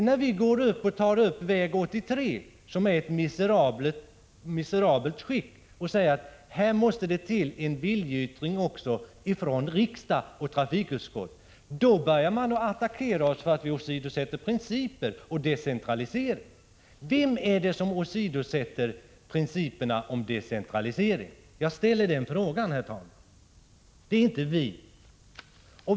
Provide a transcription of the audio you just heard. När vi sedan tar upp väg 83, som är i ett miserabelt skick, och säger att det måste till en viljeyttring från riksdagen och trafikutskottet, då börjar man attackera oss för att vi åsidosätter principerna om decentralisering. Vem är det som åsidosätter principerna om decentralisering? Jag ställer den frågan, herr talman. Det är inte vi.